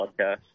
podcast